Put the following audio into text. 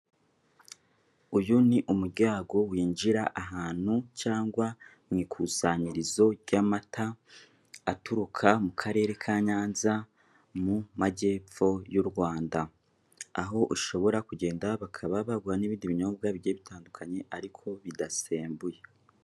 Uyu ni umuryango, winjira ahantu cyangwa mu ikusanyirizo ry'amata aturuka mu karere ka Nyanza, mu majyepfo y' u Rwanda. Aho ushobora kuba wagenda bakaguha n'ibindi binyobwa bitandukanye, ariko bidasembuye.